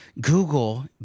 Google